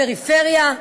פריפריה,